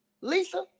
Lisa